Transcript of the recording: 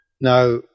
Now